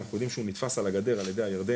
אנחנו יודעים שהוא נתפס על הגדר על ידי הירדנים,